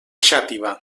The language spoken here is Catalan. xàtiva